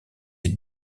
est